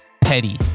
Petty